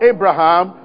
Abraham